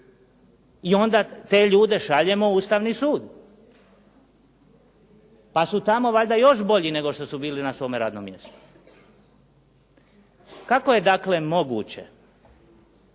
i onda te ljude šaljemo u Ustavni sud pa su tamo valjda još bolji nego što su bili na svome radnom mjestu. Kako je dakle moguće